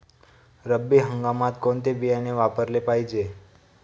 रब्बी हंगामात कोणते बियाणे वापरले पाहिजे?